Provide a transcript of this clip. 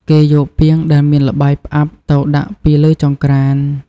គេយកពាងដែលមានល្បាយផ្អាប់ទៅដាក់ពីលើចង្រ្កាន។